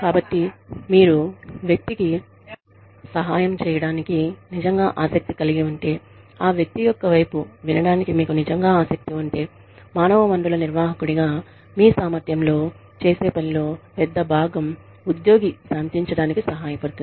కాబట్టి మీరు వ్యక్తికి సహాయం చేయడానికి నిజంగా ఆసక్తి కలిగి ఉంటే ఆ వ్యక్తి యొక్క వైపు వినడానికి మీకు నిజంగా ఆసక్తి ఉంటే మానవ వనరుల నిర్వాహకుడిగా మీ సామర్థ్యంలో చేసే పనిలో పెద్ద భాగం ఉద్యోగి శాంతించటానికి సహాయపడుతుంది